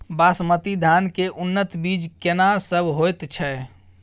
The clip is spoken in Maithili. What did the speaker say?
बासमती धान के उन्नत बीज केना सब होयत छै?